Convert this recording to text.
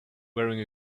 wearing